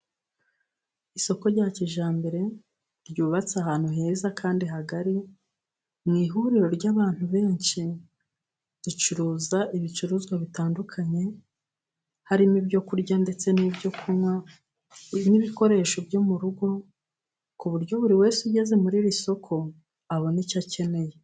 Isoko rya kijyambere ryubatse ahantu heza kandi hagari, mu ihuriro ry'abantu benshi. Ricuruza ibicuruzwa bitandukanye harimo ibyo kurya ndetse n'ibyo kunywa, n'ibikoresho byo mu rugo, ku buryo buri wese ugeze muri iri soko abona icyo akeneye.